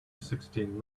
sixteen